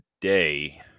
today